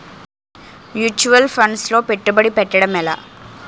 Mutual funds లో పెట్టుబడి పెట్టడం ఎలా?